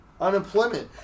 Unemployment